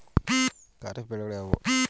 ಖಾರಿಫ್ ಬೆಳೆಗಳು ಯಾವುವು?